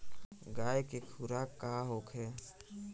गाय के खुराक का होखे?